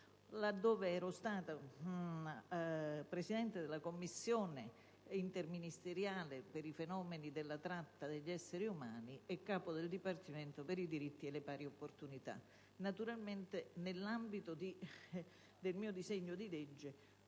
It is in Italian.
esperienza come presidente della commissione interministeriale contro la tratta di esseri umani e capo dipartimento per i diritti e le pari opportunità. Naturalmente, nell'ambito del mio disegno di legge